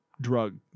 drug